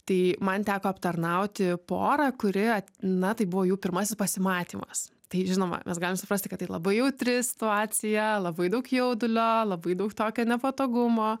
tai man teko aptarnauti porą kuri na tai buvo jų pirmasis pasimatymas tai žinoma mes galim suprasti kad tai labai jautri situacija labai daug jaudulio labai daug tokio nepatogumo